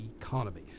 economy